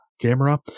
camera